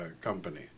company